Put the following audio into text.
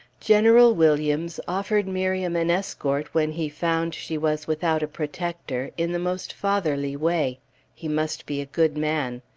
general williams offered miriam an escort when he found she was without a protector, in the most fatherly way he must be a good man.